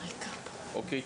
אוקי,